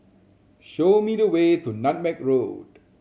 show me the way to Nutmeg Road